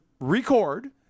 record